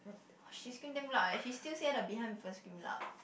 !wah! she scream damn loud eh she still say the behind people scream loud